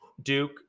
Duke